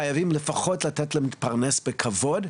חייבים לפחות לתת להם להתפרנס בכבוד.